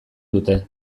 dute